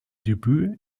debüt